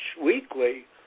weekly